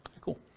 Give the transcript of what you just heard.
Cool